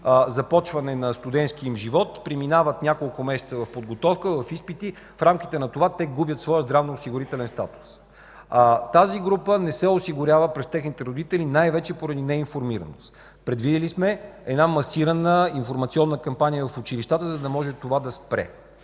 започване на студентския им живот преминават няколко месеца в подготовка, в изпити. В рамките на това те губят своя здравноосигурителен статус. Тази група не се осигурява през техните родители най-вече поради неинформираност. Предвидили сме една масирана информационна кампания в училищата, за да може това да спре.